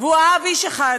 והוא אהב איש אחד.